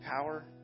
power